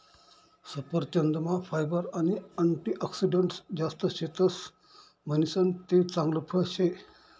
सफरचंदमा फायबर आणि अँटीऑक्सिडंटस जास्त शेतस म्हणीसन ते चांगल फळ शे